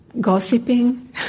Gossiping